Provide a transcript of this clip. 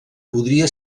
podria